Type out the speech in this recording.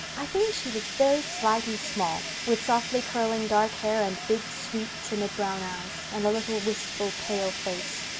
i think she was very slight and small, with softly curling dark hair and big, sweet, timid brown eyes, and a little wistful, pale face.